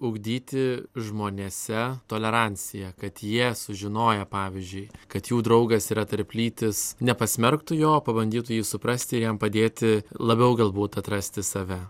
ugdyti žmonėse toleranciją kad jie sužinoję pavyzdžiui kad jų draugas yra tarplytis nepasmerktų jo pabandytų jį suprasti jam padėti labiau galbūt atrasti save